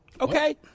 Okay